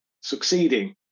succeeding